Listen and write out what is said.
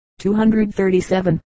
237